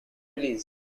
release